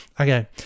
Okay